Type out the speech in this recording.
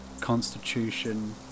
Constitution